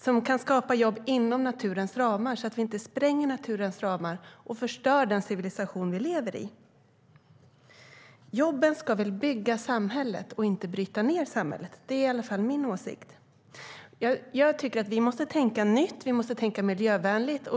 Vi ska skapa jobb inom naturens ramar så att vi inte spränger dessa ramar och förstör den civilisation vi lever i. Jobben ska väl bygga samhället och inte bryta ned samhället; det är i alla fall min åsikt. Jag tycker att vi måste tänka nytt, och vi måste tänka miljövänligt.